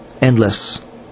endless